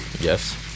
Yes